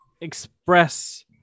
express